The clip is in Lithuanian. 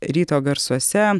ryto garsuose